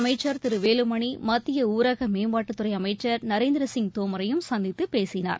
அமைச்சர் திரு வேலுமணி மத்திய ஊரக மேம்பாட்டுத்துறை அமைச்சர் நரேந்திர சிங் தோமரையும் சந்தித்து பேசினார்